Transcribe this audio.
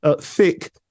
thick